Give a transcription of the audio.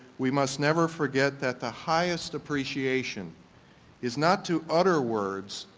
we must never forget that the highest appreciation is not to utter words,